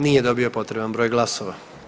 Nije dobio potreban broj glasova.